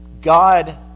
God